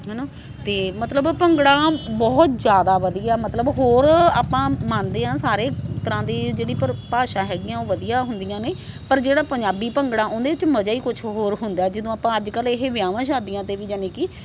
ਹੈ ਨਾ ਅਤੇ ਮਤਲਬ ਭੰਗੜਾ ਬਹੁਤ ਜ਼ਿਆਦਾ ਵਧੀਆ ਮਤਲਬ ਹੋਰ ਆਪਾਂ ਮੰਨਦੇ ਹਾਂ ਸਾਰੇ ਤਰ੍ਹਾਂ ਦੀ ਜਿਹੜੀ ਪਰ ਭਾਸ਼ਾ ਹੈਗੀ ਆ ਉਹ ਵਧੀਆ ਹੁੰਦੀਆਂ ਨੇ ਪਰ ਜਿਹੜਾ ਪੰਜਾਬੀ ਭੰਗੜਾ ਉਹਦੇ 'ਚ ਮਜ਼ਾ ਹੀ ਕੁਛ ਹੋਰ ਹੁੰਦਾ ਤਾਂ ਜਦੋਂ ਆਪਾਂ ਅੱਜ ਕੱਲ ਇਹ ਵਿਆਹਾਂ ਸ਼ਾਦੀਆਂ 'ਤੇ ਵੀ ਯਾਨੀ ਕਿ